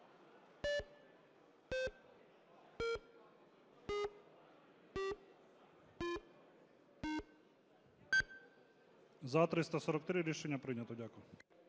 За-343 Рішення прийнято. Дякую.